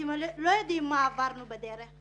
אתם לא יודעם מה עברנו בדרך.